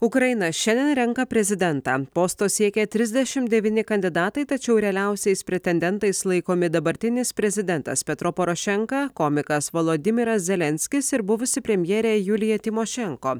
ukraina šiandien renka prezidentą posto siekia trisdešimt devyni kandidatai tačiau realiausiais pretendentais laikomi dabartinis prezidentas petro porošenka komikas volodymyras zelenskis ir buvusi premjerė julija tymošenko